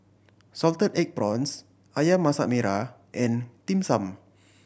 salted egg prawns Ayam Masak Merah and Dim Sum